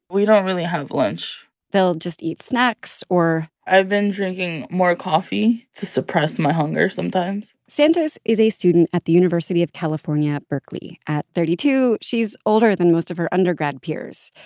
we don't really have lunch they'll just eat snacks or. i've been drinking more coffee to suppress my hunger sometimes santos is a student at the university of california at berkeley. at thirty two, she's older than most of her undergrad peers.